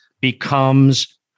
becomes